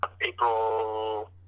April